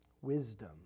wisdom